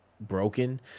broken